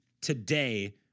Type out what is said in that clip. today